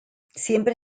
siempre